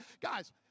Guys